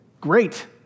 great